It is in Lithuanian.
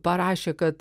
parašė kad